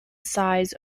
size